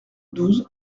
douze